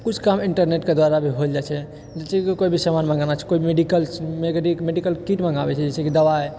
किछु काम इन्टरनेटके द्वारा भी होल जाइ छै जे छै कि कोइ भी सामान मंगेनाय छै कोइ मेडिकल मेडिकल किट मंगाबै छै जैसे कि दवाइ